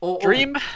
Dream